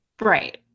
Right